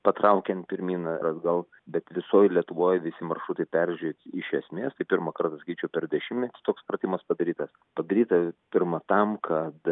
patraukiant pirmyn ar atgal bet visoj lietuvoj visi maršrutai peržiūrėti iš esmės tai pirmą kartą sakyčiau per dešimtmetį toks pratimas padarytas padaryta pirma tam kad